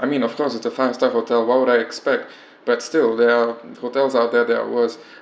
I mean of course it's a five stars hotel why would I expect but still there are hotels out there that are worse